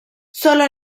sólo